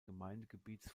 gemeindegebiets